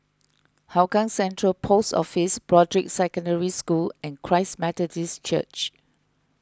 Hougang Central Post Office Broadrick Secondary School and Christ Methodist Church